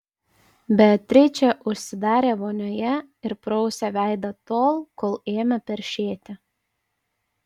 beatričė užsidarė vonioje ir prausė veidą tol kol ėmė peršėti